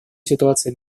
ситуации